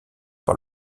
par